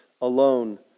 alone